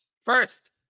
First